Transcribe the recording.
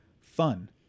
fun